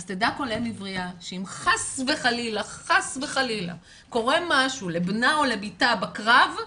אז תדע כל אם עבריה שאם חס וחלילה קורה משהו לבנה או לבתה בקרב,